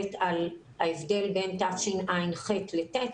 מסתכלת על ההבדל בין תשע"ח ל-תשע"ט,